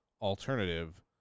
alternative